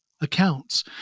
accounts